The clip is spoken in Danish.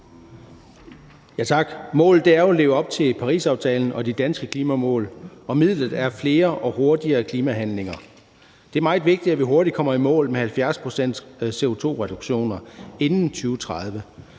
Målet er jo at leve op til Parisaftalen og de danske klimamål, og midlet er flere og hurtigere klimahandlinger. Det er meget vigtigt, at vi hurtigt kommer i mål med 70-procents-CO2-reduktioner inden 2030.